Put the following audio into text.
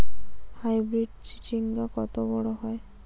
Hybrid চিচিংঙ্গা কত বড় হয়?